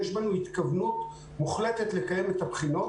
יש בנו התכוונות מוחלטת לקיים את הבחינות